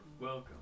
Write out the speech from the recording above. welcome